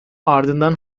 ardından